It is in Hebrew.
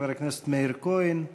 חבר הכנסת מאיר כהן,